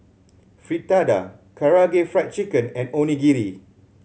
Fritada Karaage Fried Chicken and Onigiri